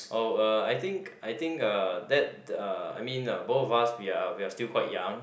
oh uh I think I think uh that uh I mean uh both of us we are we are still quite young